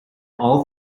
all